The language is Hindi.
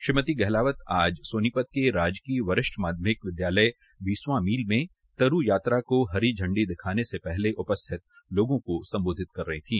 श्रीमती गहलावत आज सोनीपत के राजकीय वरिष्ठ माध्यमिक विद्यालय बीसवां मील में तरू यात्रा को हरी झंडी दिखाने से पहले उपस्थित लोगों को संबोधित कर रही थी